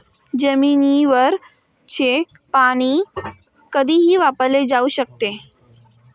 जमिनीवरचे पाणी कधीही वापरले जाऊ शकते